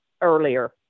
earlier